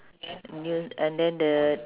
new~ and then the